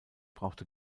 brauchte